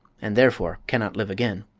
and therefore cannot live again.